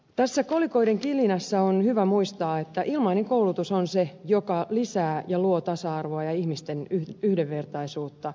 tässä kolikoiden kilinässä on hyvä muistaa että ilmainen koulutus on se joka lisää ja luo tasa arvoa ja ihmisten yhdenvertaisuutta